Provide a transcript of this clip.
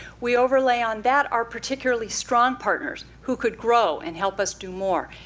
we overlay on that our particularly strong partners who could grow and help us do more.